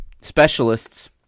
specialists